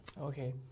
Okay